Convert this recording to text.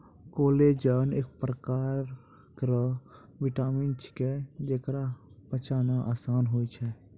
collagen एक परकार केरो विटामिन छिकै, जेकरा पचाना आसान होय छै